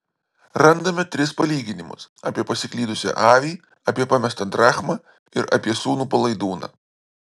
randame tris palyginimus apie pasiklydusią avį apie pamestą drachmą ir apie sūnų palaidūną